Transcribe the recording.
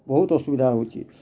ବହୁତ୍ ଅସୁବିଧା ହୋଉଚେ